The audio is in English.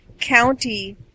county